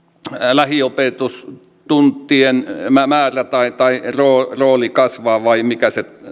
lähiopetustuntien määrä tai tai rooli kasvaa vai mikä se